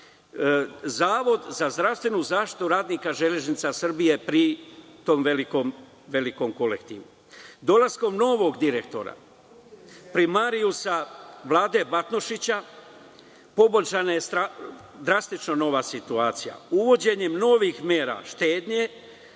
Zavod za zdravstvenu zaštitu radnika „Železnica“ Srbije pri tom velikom kolektivu. Dolaskom novog direktora primarijusa Vlade Batnušića poboljšana je drastično nova situacija. Uvođenjem novih mera štednje,